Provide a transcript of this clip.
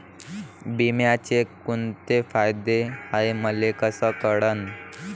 बिम्याचे कुंते फायदे हाय मले कस कळन?